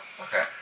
Okay